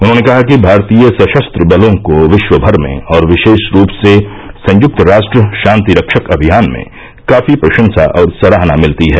उन्होंने कहा कि भारतीय सशस्त्र बलों को विश्व भर में और विशेष रूप से संयुक्त राष्ट्र शांति रक्षक अभियान में काफी प्रशंसा और सराहना मिलती है